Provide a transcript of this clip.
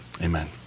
Amen